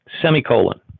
Semicolon